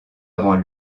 avant